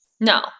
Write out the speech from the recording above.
No